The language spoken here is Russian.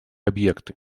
объекты